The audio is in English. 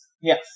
Yes